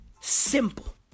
Simple